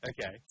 Okay